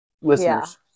Listeners